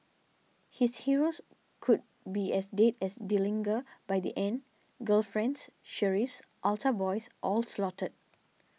his heroes could be as dead as Dillinger by the end girlfriends sheriffs altar boys all slaughtered